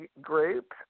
group